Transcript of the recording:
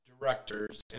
directors